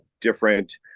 different